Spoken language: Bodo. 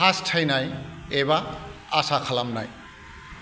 हासथायनाय एबा आसा खालामनाय